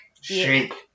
Shake